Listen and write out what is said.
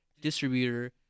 distributor